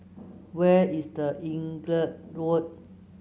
where is The Inglewood